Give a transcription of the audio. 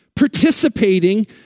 participating